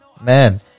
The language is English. man